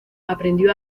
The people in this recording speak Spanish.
aprendió